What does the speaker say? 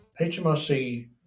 HMRC